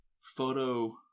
Photo